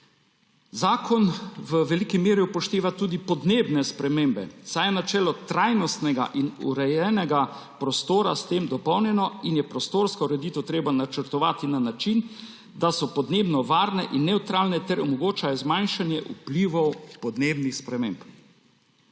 Zakon v veliki meri upošteva tudi podnebne spremembe, saj je načelo trajnostnega in urejenega prostora s tem dopolnjeno in je prostorske ureditve treba načrtovati na način, da so podnebno varne in nevtralne ter omogočajo zmanjšanje vplivov podnebnih sprememb.